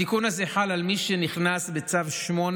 התיקון הזה חל על מי שנכנס בצו 8,